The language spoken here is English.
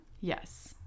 yes